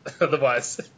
otherwise